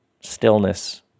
stillness